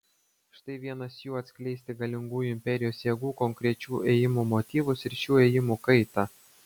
štai vienas jų atskleisti galingųjų imperijos jėgų konkrečių ėjimų motyvus ir šių ėjimų kaitą